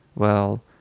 well,